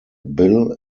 bill